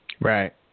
Right